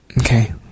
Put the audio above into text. Okay